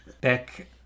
Beck